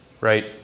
Right